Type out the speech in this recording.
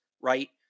right